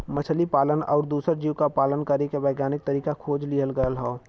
मछली पालन आउर दूसर जीव क पालन करे के वैज्ञानिक तरीका खोज लिहल गयल हौ